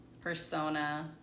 persona